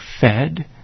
fed